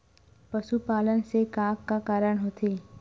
पशुपालन से का का कारण होथे?